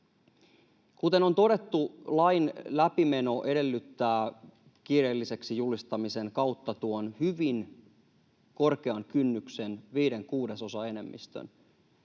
Kuten on todettu, lain läpimeno edellyttää kiireelliseksi julistamisen kautta tuota hyvin korkeaa kynnystä, viiden kuudesosan enemmistöä.